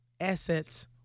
assets